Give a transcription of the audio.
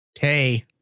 Hey